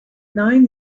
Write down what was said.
nine